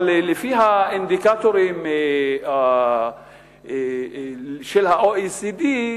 אבל לפי האינדיקטורים של ה-OECD,